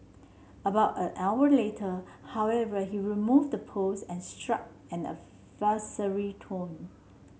about an hour later however he removed the post and struck an adversarial tone